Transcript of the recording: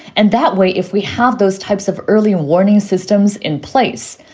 and that way, if we have those types of early warning systems in place,